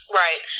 right